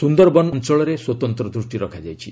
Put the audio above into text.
ସୁନ୍ଦରବନ ବନ୍ଧ ଅଞ୍ଚଳରେ ସ୍ୱତନ୍ତ୍ର ଦୃଷ୍ଟି ରଖାଯାଇଛି